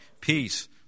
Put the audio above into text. peace